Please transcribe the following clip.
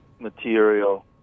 material